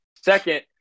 Second